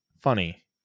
funny